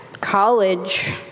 college